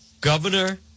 Governor